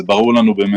זה לחלוטין ברור לנו.